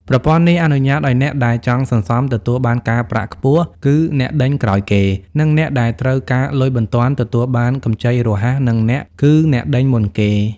ប្រព័ន្ធនេះអនុញ្ញាតឱ្យអ្នកដែលចង់សន្សំទទួលបានការប្រាក់ខ្ពស់ គឺអ្នកដេញក្រោយគេ និងអ្នកដែលត្រូវការលុយបន្ទាន់ទទួលបានកម្ចីរហ័ស គឺអ្នកដេញមុនគេ។